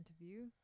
interview